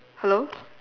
hello